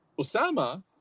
Osama